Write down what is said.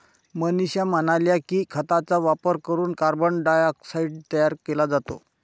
मनीषा म्हणाल्या की, खतांचा वापर करून कार्बन डायऑक्साईड तयार केला जातो